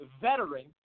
veteran